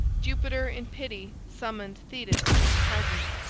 jupiter in pity summoned thetis to his presence.